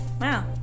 Wow